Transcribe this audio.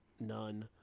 none